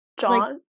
John